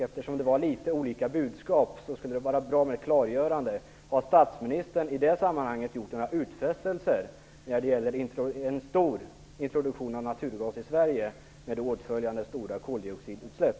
Eftersom budskapen var litet olika vore det bra med ett klargörande av om statsministern i det sammanhanget har gjort några utfästelser när det gäller en stor introduktion av naturgas i Sverige med åtföljande stora koldioxidutsläpp.